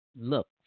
look